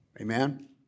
Amen